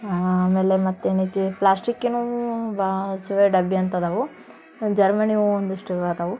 ಆಮೇಲೆ ಮತ್ತು ಏನೈತಿ ಪ್ಲಾಸ್ಟಿಕ್ಕಿನವು ಡಬ್ಬ ಅಂತ ಇದಾವೆ ಜರ್ಮನಿ ಅವು ಒಂದಿಷ್ಟು ಇದಾವೆ